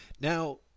Now